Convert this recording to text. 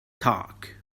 tag